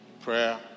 prayer